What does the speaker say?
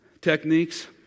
techniques